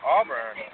Auburn